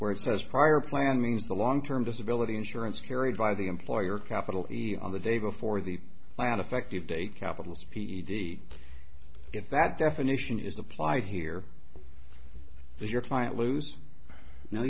where it says prior plan means the long term disability insurance carried by the employer capitol on the day before the by an effective date capitols he if that definition is applied here is your client lose no